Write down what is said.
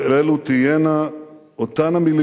אבל אלו תהיינה אותן המלים